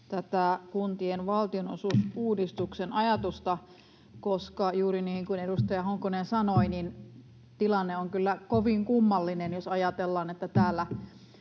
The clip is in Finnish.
kuntien valtionosuusuudistuksen ajatusta, koska juuri niin kuin edustaja Honkonen sanoi, tilanne on kyllä kovin kummallinen, jos ajatellaan, että täällä